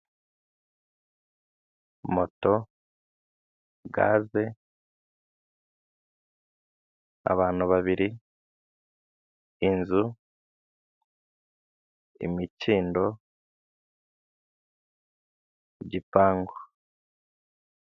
Moto, gaze, abantu babiri, inzu, imikindo, igipangu.